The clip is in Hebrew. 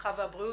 הרווחה והבריאות,